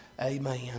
Amen